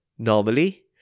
Normally